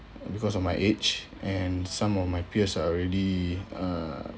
because of my age and some of my peers already uh